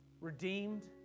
Redeemed